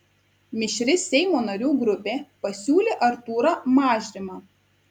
mišri seimo narių grupė pasiūlė artūrą mažrimą